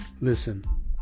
listen